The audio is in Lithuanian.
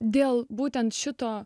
dėl būtent šito